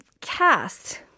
cast